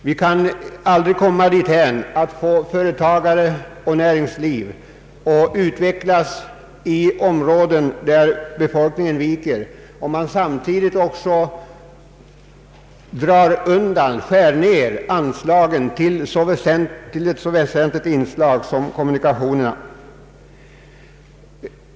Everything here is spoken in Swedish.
Vi kan aldrig komma dithän att företagare och nä ringsliv utvecklas i områden där befolkningsunderlaget viker, om vi samtidigt också drar undan eller skär ner anslagen till en så väsentlig sak som kommunikationerna.